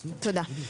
תודה.